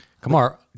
Kamar